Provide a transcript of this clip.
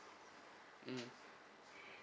mm